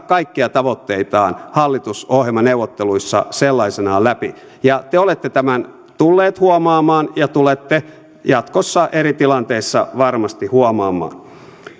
kaikkia tavoitteitaan hallitusohjelmaneuvotteluissa sellaisenaan läpi ja te olette tämän tulleet huomaamaan ja tulette jatkossa eri tilanteissa varmasti huomaamaan